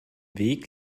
weg